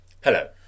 Hello